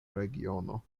regiono